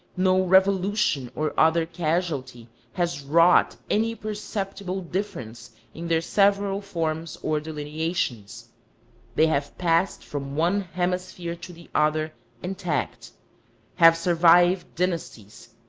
no revolution or other casualty has wrought any perceptible difference in their several forms or delineations they have passed from one hemisphere to the other intact have survived dynasties,